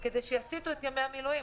כדי שיסיטו את ימי המילואים.